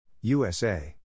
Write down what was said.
USA